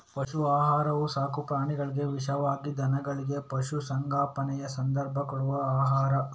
ಪಶು ಆಹಾರವು ಸಾಕು ಪ್ರಾಣಿಗಳಿಗೆ ವಿಶೇಷವಾಗಿ ದನಗಳಿಗೆ, ಪಶು ಸಂಗೋಪನೆಯ ಸಂದರ್ಭ ಕೊಡುವ ಆಹಾರ